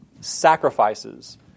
sacrifices